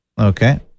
Okay